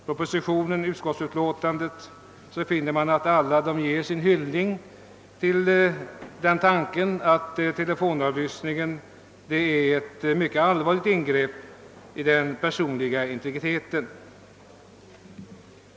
Propositionen och utskottsutlåtandet ger uttryck för tanken att telefonavlyssning är ett mycket allvarligt ingrepp i den personliga integriteten.